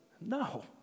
No